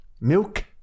milk